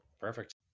perfect